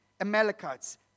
amalekites